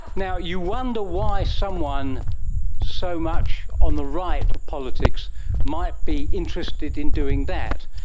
now, you wonder why someone so much on the right of politics might be interested in doing that,